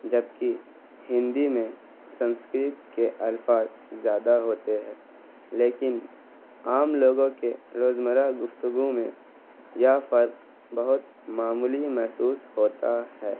جبکہ ہندی میں سنسکرت کے الفاظ زیادہ ہوتے ہے لیکن عام لوگوں کے روزمرہ گفتگو میں یہ فرق بہت معمولی محسوس ہوتا ہے